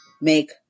make